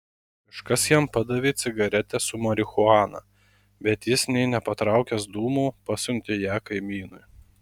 kažkas jam padavė cigaretę su marihuana bet jis nė nepatraukęs dūmo pasiuntė ją kaimynui